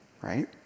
right